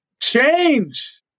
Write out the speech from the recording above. Change